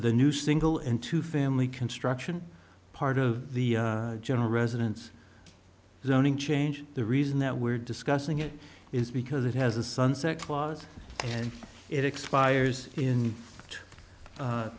the new single into family construction part of the general residence zoning change the reason that we're discussing it is because it has a sunset clause and it expires in